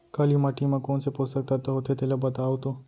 काली माटी म कोन से पोसक तत्व होथे तेला बताओ तो?